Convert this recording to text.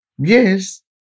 Yes